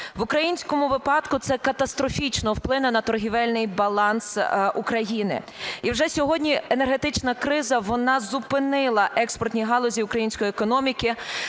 В українському випадку це катастрофічно вплине на торговельний баланс України. І вже сьогодні енергетична криза, вона зупинила експортні галузі української економіки,